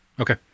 okay